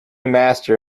master